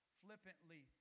flippantly